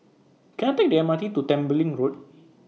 Can I Take The M R T to Tembeling Road